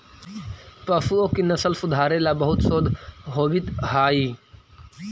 पशुओं की नस्ल सुधारे ला बहुत शोध होवित हाई